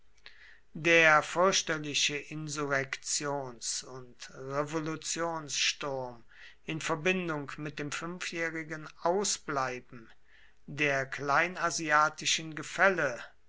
der fürchterliche insurrektions und revolutionssturm in verbindung mit dem fünfjährigen ausbleiben der kleinasiatischen gefälle